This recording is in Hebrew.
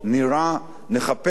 נחפש דיאלוג,